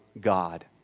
God